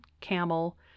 camel